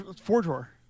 Four-drawer